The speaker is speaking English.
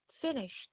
finished